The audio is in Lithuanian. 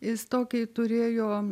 jis tokį turėjo